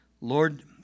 Lord